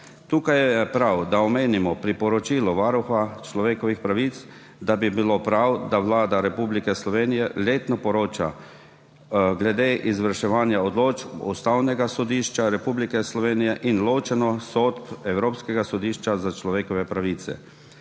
Tukaj je prav, da omenimo priporočilo Varuha človekovih pravic, da bi bilo prav, da Vlada Republike Slovenije letno poroča glede izvrševanja odločb Ustavnega sodišča Republike Slovenije in ločeno sodb Evropskega sodišča za človekove pravice.